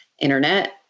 internet